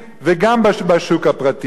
גם במגזר הציבורי וגם בשוק הפרטי.